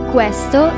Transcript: Questo